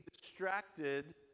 distracted